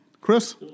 Chris